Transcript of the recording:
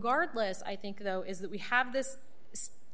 guard less i think though is that we have this